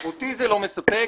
אותי זה לא מספק.